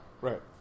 Right